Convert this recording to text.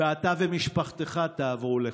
ואתה ומשפחתך תעברו לחו"ל.